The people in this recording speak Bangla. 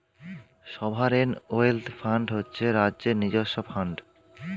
সভারেন ওয়েল্থ ফান্ড হচ্ছে রাজ্যের নিজস্ব ফান্ড